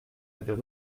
avait